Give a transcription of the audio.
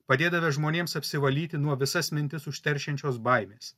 padėdavęs žmonėms apsivalyti nuo visas mintis užteršiančios baimės